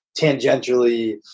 tangentially